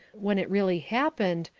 when it really happened,